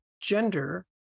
gender